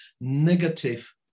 negative